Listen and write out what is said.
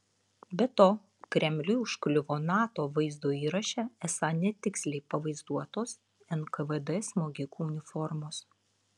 be to kremliui užkliuvo nato vaizdo įraše esą netiksliai pavaizduotos nkvd smogikų uniformos